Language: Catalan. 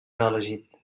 reelegit